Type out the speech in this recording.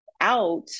out